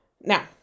Now